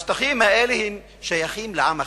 השטחים האלה שייכים לעם אחר,